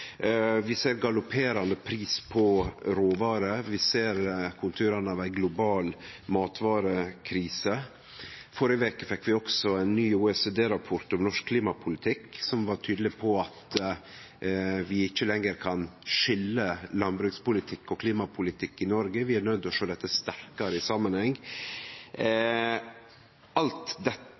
Vi ser galopperande prisar på råvarer, og vi ser konturane av ei global matvarekrise. Førre veke fekk vi også ein ny OECD-rapport om norsk klimapolitikk, som var tydeleg på at vi ikkje lenger kan skilje landbrukspolitikk og klimapolitikk i Noreg – vi er nøydde til å sjå dette sterkare i samanheng.